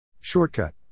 Shortcut